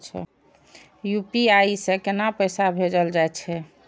UPI से केना पैसा भेजल जा छे?